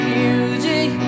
music